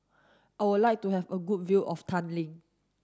I would like to have a good view of Tallinn